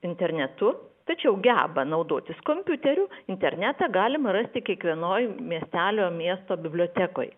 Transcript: internetu tačiau geba naudotis kompiuteriu internetą galima rasti kiekvienoje miestelio miesto bibliotekoje